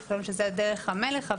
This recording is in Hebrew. שחשבנו שזאת דרך המלך,